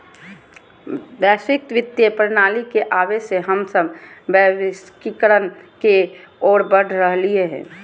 वैश्विक वित्तीय प्रणाली के आवे से हम सब वैश्वीकरण के ओर बढ़ रहलियै हें